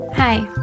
Hi